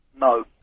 No